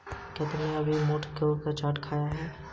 क्या तुमने कभी मोठ का चाट खाया है?